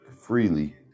freely